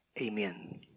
Amen